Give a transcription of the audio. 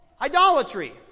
Idolatry